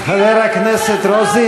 חברת הכנסת רוזין,